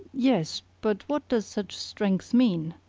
yes. but what does such strength mean?